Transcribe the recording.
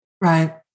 Right